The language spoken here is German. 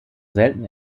selten